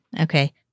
okay